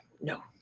No